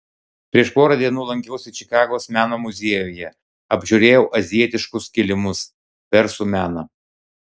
prieš porą dienų lankiausi čikagos meno muziejuje apžiūrėjau azijietiškus kilimus persų meną